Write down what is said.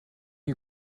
you